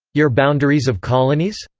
your boundaries of colonies?